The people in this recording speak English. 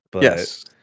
Yes